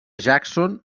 jackson